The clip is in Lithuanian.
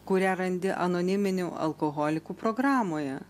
kurią randi anoniminių alkoholikų programoje